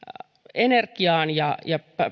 energiaan ja ja